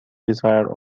desire